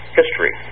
history